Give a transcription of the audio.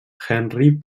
henry